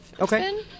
Okay